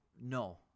no